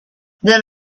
then